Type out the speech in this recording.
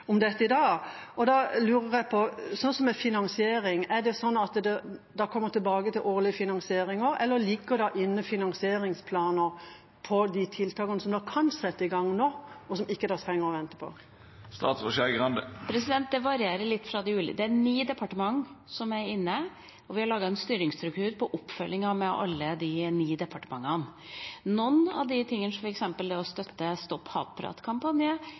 om dette i dag. Da lurer jeg på når det gjelder finansiering: Er det sånn at man kommer tilbake til årlig finansiering, eller ligger det inne finansieringsplaner for de tiltakene som man kan sette i gang nå, og som man ikke trenger å vente på? Det varierer litt. Det er ni departementer som er inne, og vi har laget en styringsstruktur på oppfølging av alle de ni departementene. Noe av